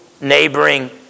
neighboring